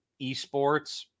esports